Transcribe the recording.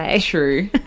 true